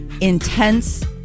intense